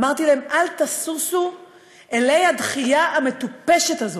אמרתי להם: אל תשישו אלי הדחייה המטופשת הזו,